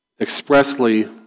expressly